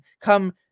come